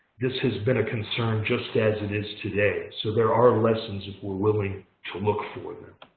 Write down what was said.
this has been a concern just as it is today. so there are lessons if we're willing to look for them.